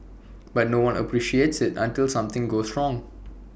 but no one appreciates IT until something goes wrong